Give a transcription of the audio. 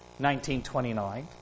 1929